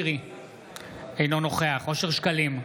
אינו נוכח אושר שקלים,